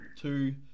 two